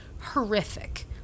horrific